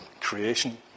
Creation